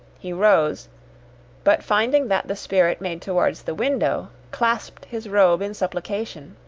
he rose but finding that the spirit made towards the window, clasped his robe in supplication.